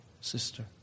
sister